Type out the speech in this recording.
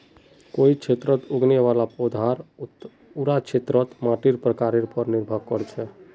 कोई क्षेत्रत उगने वाला पौधार उता क्षेत्रेर मातीर प्रकारेर पर निर्भर कर छेक